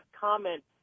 comment